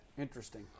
Interesting